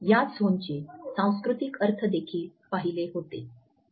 या झोनचे सांस्कृतिक अर्थ देखील पाहिले होते